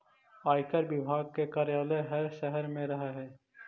आयकर विभाग के कार्यालय हर शहर में रहऽ हई